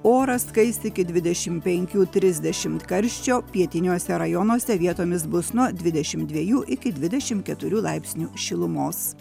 oras kais iki dvidešimt penkių trisdešimt karščio pietiniuose rajonuose vietomis bus nuo dvidešimt dviejų iki dvidešimt keturių laipsnių šilumos